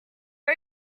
are